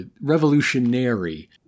revolutionary